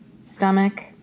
stomach